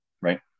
right